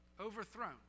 Overthrown